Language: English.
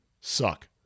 suck